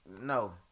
no